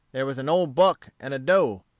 there was an old buck and a doe.